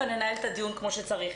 וננהל את הדיון כמו שצריך.